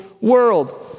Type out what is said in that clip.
world